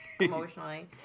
emotionally